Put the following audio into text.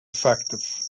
effective